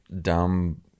dumb